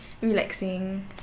relaxing